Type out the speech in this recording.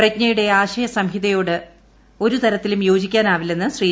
പ്രജ്ഞയുടെ ആശയ സംഹിതയോട് ഒരു തരത്തിലും യോജിക്കാനാവില്ലെന്ന് ശ്രീ